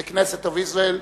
the Knesset of Israel,